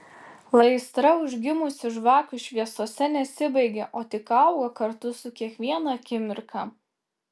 lai aistra užgimusi žvakių šviesose nesibaigia o tik auga su kiekviena akimirka